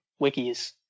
wikis